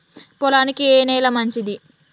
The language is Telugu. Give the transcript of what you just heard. పొలానికి ఏ నేల మంచిది?